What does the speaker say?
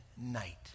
night